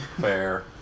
Fair